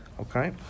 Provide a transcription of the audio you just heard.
Okay